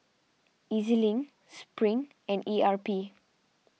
E Z Link Spring and E R P